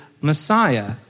Messiah